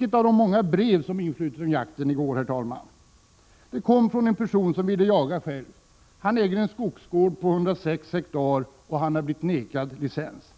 Ett av de många brev som influtit om jakten fick jag i går. Det kom från en person som ville jaga ensam. Han äger en skogsgård på 106 hektar, och han har blivit vägrad licens.